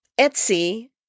Etsy